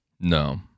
No